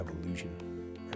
evolution